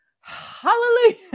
hallelujah